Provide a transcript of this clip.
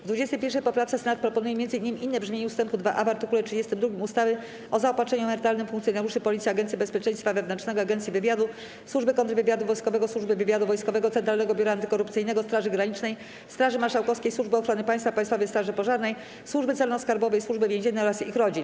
W 21. poprawce Senat proponuje m.in. inne brzmienie ust. 2a w art. 32 ustawy o zaopatrzeniu emerytalnym funkcjonariuszy Policji, Agencji Bezpieczeństwa Wewnętrznego, Agencji Wywiadu, Służby Kontrwywiadu Wojskowego, Służby Wywiadu Wojskowego, Centralnego Biura Antykorupcyjnego, Straży Granicznej, Straży Marszałkowskiej, Służby Ochrony Państwa, Państwowej Straży Pożarnej, Służby Celno-Skarbowej i Służby Więziennej oraz ich rodzin.